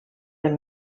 del